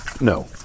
No